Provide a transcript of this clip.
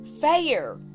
fair